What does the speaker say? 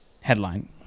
Headline